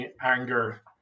anger